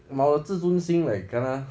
我我自尊心 like kena